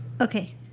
Okay